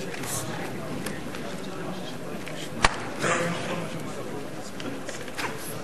אבל הם מוצאים עילה אחרת, באמצעות מקום המגורים,